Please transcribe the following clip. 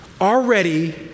already